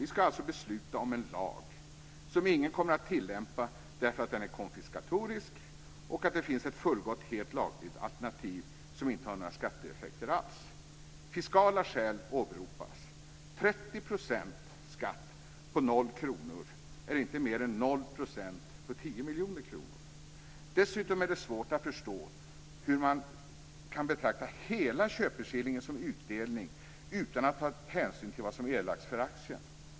Vi ska alltså besluta om en lag som ingen kommer att tillämpa, därför att den är konfiskatorisk och att det finns ett fullgott, helt lagligt alternativ som inte har några skatteeffekter alls. Fiskala skäl åberopas. 30 % skatt på 0 kr är inte mer än 0 % på 10 miljoner kronor. Dessutom är det svårt att förstå hur man kan betrakta hela köpeskillingen som utdelning utan att ta hänsyn till vad som erlagts för aktien.